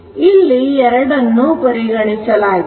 ಇಲ್ಲಿ ಎರಡನ್ನು ಪರಿಗಣಿಸಲಾಗಿದೆ